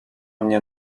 mnie